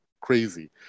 crazy